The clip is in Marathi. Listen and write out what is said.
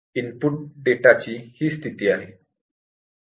इनपुट डेटा ची ही स्थिती आहे